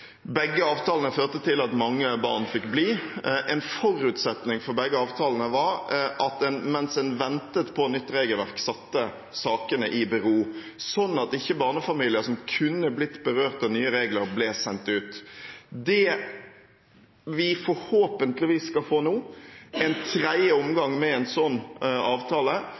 Begge avtalene førte til at mange barn fikk bli. En forutsetning for begge avtalene var at en mens en ventet på et nytt regelverk, satte sakene i bero, slik at ikke barnefamilier som kunne bli berørt av nye regler, ble sendt ut. Det vi forhåpentligvis skal få nå, er en tredje omgang med en slik avtale,